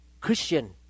Christian